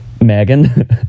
Megan